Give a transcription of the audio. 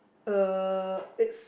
uh it's